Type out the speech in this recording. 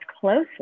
closely